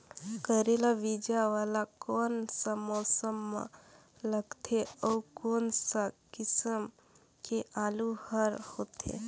करेला बीजा वाला कोन सा मौसम म लगथे अउ कोन सा किसम के आलू हर होथे?